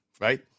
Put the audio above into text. right